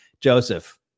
Joseph